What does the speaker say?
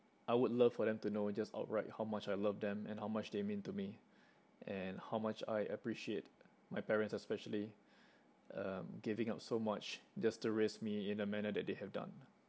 I would love for them to know just outright how much I love them and how much they mean to me and how much I appreciate my parents especially um giving up so much just to raise me in a manner that they have done